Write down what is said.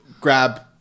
grab